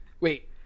wait